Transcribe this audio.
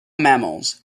mammals